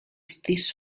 this